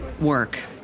work